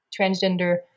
transgender